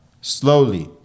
slowly